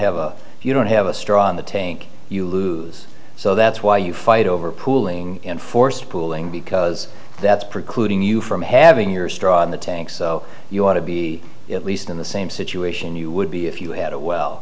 have a you don't have a straw in the tank you lose so that's why you fight over pooling and forced pooling because that's precluding you from having your straw in the tank so you want to be at least in the same situation you would be if you